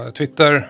Twitter